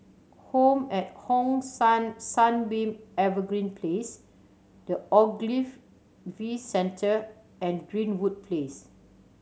home at Hong San Sunbeam Evergreen Place The Ogilvy V Centre and Greenwood Place